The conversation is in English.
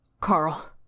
Carl